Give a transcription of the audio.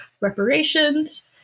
reparations